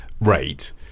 rate